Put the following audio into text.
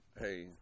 hey